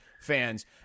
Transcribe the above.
fans